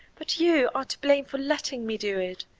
but you are to blame for letting me do it.